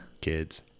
Kids